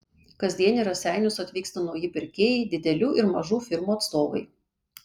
kasdien į raseinius atvyksta nauji pirkėjai didelių ir mažų firmų atstovai